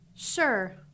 Sure